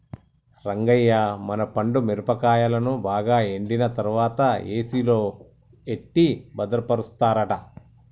రంగయ్య మన పండు మిరపకాయలను బాగా ఎండిన తర్వాత ఏసిలో ఎట్టి భద్రపరుస్తారట